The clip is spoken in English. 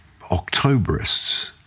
Octoberists